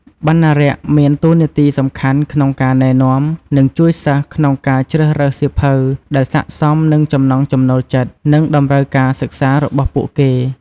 បណ្ណារក្សមានតួនាទីសំខាន់ក្នុងការណែនាំ និងជួយសិស្សក្នុងការជ្រើសរើសសៀវភៅដែលស័ក្តិសមនឹងចំណង់ចំណូលចិត្ត និងតម្រូវការសិក្សារបស់ពួកគេ។